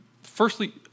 firstly